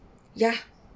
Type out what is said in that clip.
ya